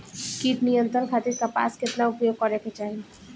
कीट नियंत्रण खातिर कपास केतना उपयोग करे के चाहीं?